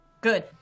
Good